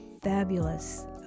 Fabulous